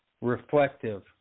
reflective